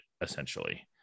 essentially